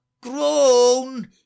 groan